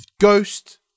Ghost